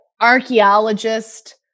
archaeologist